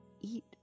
eat